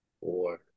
four